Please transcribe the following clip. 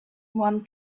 one